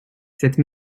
cette